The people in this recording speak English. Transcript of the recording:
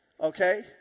Okay